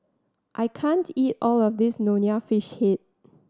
I can't eat all of this Nonya Fish Head